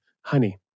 honey